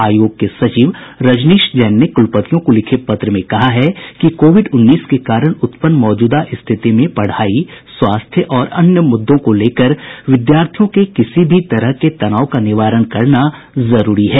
आयोग के सचिव रजनीश जैन ने कुलपतियों को लिखे पत्र में कहा है कि कोविड उन्नीस के कारण उत्पन्न मौजूदा स्थिति में पढ़ाई स्वास्थ्य और अन्य मुद्दों को लेकर विद्यार्थियों के किसी भी तरह के तनाव का निवारण करना जरूरी है